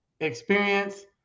experience